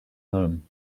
home